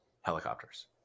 helicopters